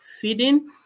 feeding